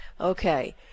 Okay